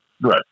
Right